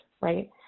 right